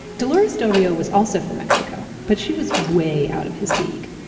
dolores del rio was also from mexico, but she was way out of his league.